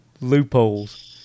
Loopholes